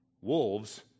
wolves